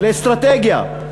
לאסטרטגיה.